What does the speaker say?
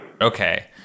Okay